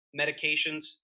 medications